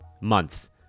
month